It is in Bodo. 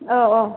औ औ